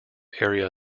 area